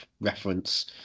reference